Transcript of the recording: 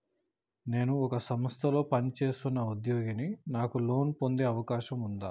నేను ఒక సంస్థలో పనిచేస్తున్న ఉద్యోగిని నాకు లోను పొందే అవకాశం ఉందా?